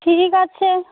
ঠিক আছে